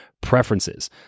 preferences